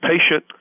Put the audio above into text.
patient